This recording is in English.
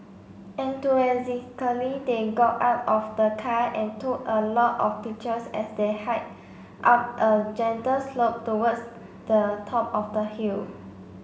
enthusiastically they got out of the car and took a lot of pictures as they hiked up a gentle slope towards the top of the hill